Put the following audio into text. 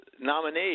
nominee